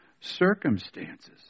circumstances